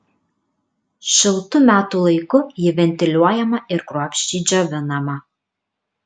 šiltu metų laiku ji ventiliuojama ir kruopščiai džiovinama